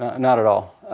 and not at all.